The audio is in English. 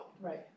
Right